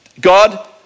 God